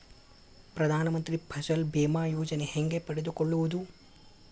ಪ್ರಧಾನ ಮಂತ್ರಿ ಫಸಲ್ ಭೇಮಾ ಯೋಜನೆ ಹೆಂಗೆ ಪಡೆದುಕೊಳ್ಳುವುದು?